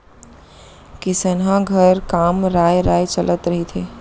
किसनहा घर काम राँय राँय चलत रहिथे